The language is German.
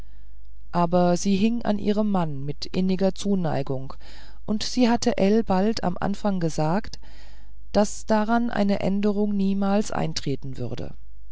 aber sie hing an ihrem mann mit inniger zuneigung und sie hatte ell bald im anfang gesagt daß daran eine änderung niemals eintreten würde